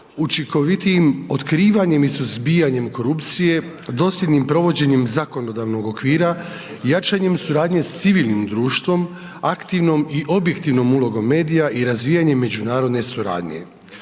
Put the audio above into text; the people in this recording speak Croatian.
učinkovitijim otkrivanjem i suzbijanjem korupcije, dosljednim provođenjem zakonodavnog okvira, jačanjem suradnje s civilnim društvom, aktivnom i objektivnom ulogom medija i razvijanjem međunarodne suradnje.